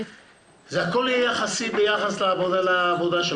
הכול יחסי לעבודה של העובד.